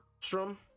strum